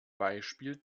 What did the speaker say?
beispiel